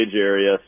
area